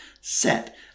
set